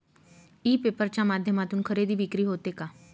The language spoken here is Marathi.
ई पेपर च्या माध्यमातून खरेदी विक्री होते का?